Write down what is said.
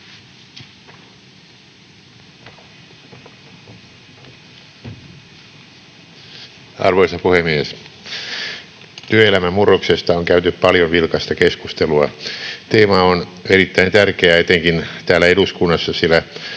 Arvoisa puhemies! Työelämän murroksesta on käyty paljon vilkasta keskustelua. Teema on erittäin tärkeä etenkin täällä eduskunnassa, sillä